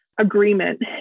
agreement